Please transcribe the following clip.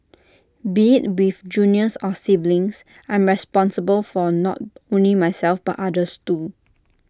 be IT with juniors or siblings I'm responsible for not only myself but others too